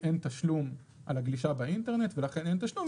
אין תשלום על הגלישה באינטרנט ולכן אין תשלום.